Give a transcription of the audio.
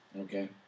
Okay